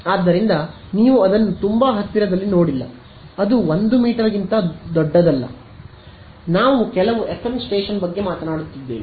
ಆದ್ದರಿಂದ ನೀವು ಅದನ್ನು ತುಂಬಾ ಹತ್ತಿರದಲ್ಲಿ ನೋಡಿಲ್ಲ ಅದು 1 ಮೀಟರ್ ಗಿಂತ ದೊಡ್ಡದಲ್ಲ ನಾವು ಕೆಲವು ಎಫ್ಎಂ ಸ್ಟೇಷನ್ ಬಗ್ಗೆ ಮಾತನಾಡುತ್ತಿದ್ದೇನೆ